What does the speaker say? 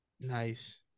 Nice